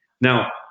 Now